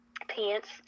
pants